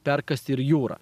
perkąst ir jurą